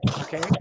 Okay